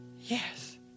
Yes